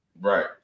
Right